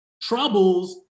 troubles